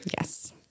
Yes